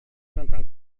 tentang